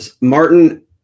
Martin